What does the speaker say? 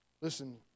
Listen